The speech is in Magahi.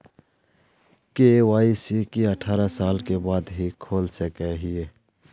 के.वाई.सी की अठारह साल के बाद ही खोल सके हिये?